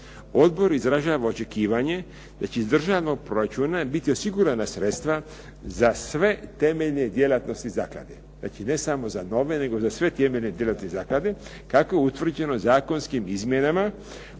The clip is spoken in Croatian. Odbor izražava očekivanje da će iz državnog proračuna biti osigurana sredstva za sve temeljne djelatnosti zaklade, znači ne samo za nove nego za sve temeljne djelatnosti zaklade kako je utvrđeno zakonskim izmjenama